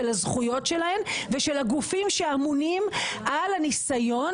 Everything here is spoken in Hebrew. של הזכויות שלהן ושל הגופים שאמונים על הניסיון